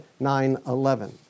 9-11